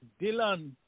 Dylan